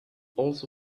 also